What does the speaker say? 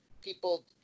people